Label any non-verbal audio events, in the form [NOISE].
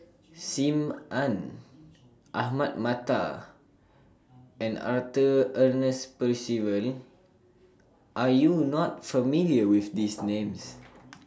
SIM Ann Ahmad Mattar and Arthur Ernest Percival Are YOU not familiar with These Names [NOISE]